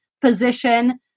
position